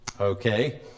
Okay